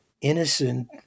innocent